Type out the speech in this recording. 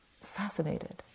fascinated